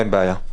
אין בעיה.